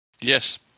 Yes